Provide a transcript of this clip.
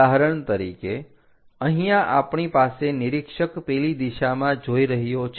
ઉદાહરણ તરીકે અહીંયા આપણી પાસે નિરીક્ષક પેલી દિશામાં જોઈ રહ્યો છે